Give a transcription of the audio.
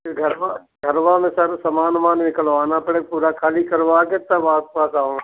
घरवा घरवा में सारा सामान वामान निकलवाना पड़ेगा पूरा ख़ाली करवा कर तब आपके पास आऊँगा